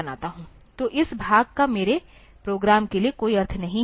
तो इस भाग का मेरे प्रोग्राम के लिए कोई अर्थ नहीं है